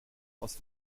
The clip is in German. aus